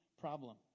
problem